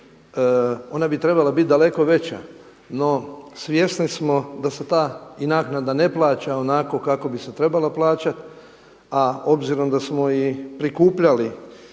ona bi trebala biti daleko veća, no svjesni smo da se ta i naknada ne plaća onako kako bi se trebala plaćati, a obzirom da smo i prikupljali